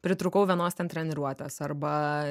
pritrūkau vienos ten treniruotės arba